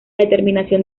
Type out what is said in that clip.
determinación